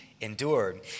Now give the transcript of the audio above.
endured